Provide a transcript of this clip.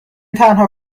تنها